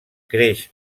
creix